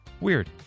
Weird